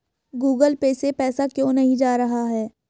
Google pay से पैसा क्यों नहीं जा रहा है?